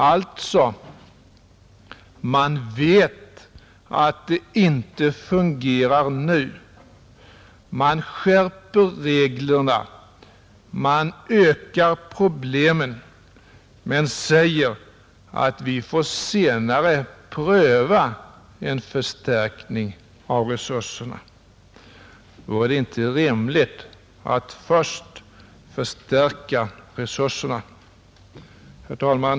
Man vet alltså att det inte fungerar nu men skärper reglerna och ökar problemen och säger att vi senare får pröva en förstärkning av resurserna. Vore det inte rimligt att först förstärka resurserna? Herr talman!